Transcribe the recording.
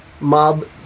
mob